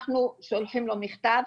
אנחנו שולחים לו מכתב,